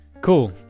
Cool